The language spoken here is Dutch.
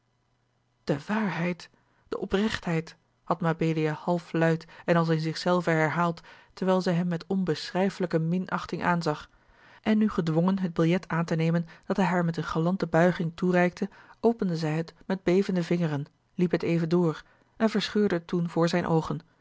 de waarheid de oprechtheid had mabelia halfluid en als in zich zelve herhaald terwijl zij hem met onbeschrijfelijke minachting aanzag en nu gedwongen het biljet aan te nemen dat hij haar met eene galante buiging toereikte opende zij het met bevende vingeren liep het even door en verscheurde het toen voor zijne oogen